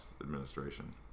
administration